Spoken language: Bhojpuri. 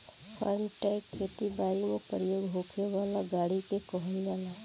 फार्म ट्रक खेती बारी में प्रयोग होखे वाला गाड़ी के कहल जाला